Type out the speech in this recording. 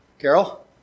Carol